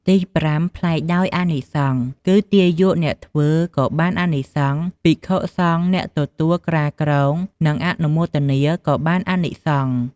ទីប្រាំ ប្លែកដោយអានិសង្ស គឺទាយកអ្នកធ្វើក៏បានអានិសង្ស ភិក្ខុសង្ឃអ្នកទទួលក្រាលគ្រង និងអនុមោទនាក៏បានអានិសង្ឃ។